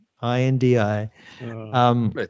I-N-D-I